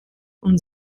und